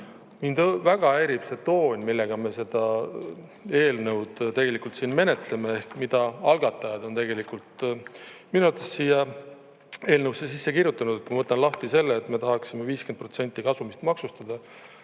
mind väga häirib see toon, millega me seda eelnõu tegelikult menetleme ehk mida algatajad on minu arvates siia eelnõusse sisse kirjutanud. Ma võtan lahti selle, et me tahaksime 50% kasumist maksustada,